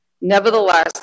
nevertheless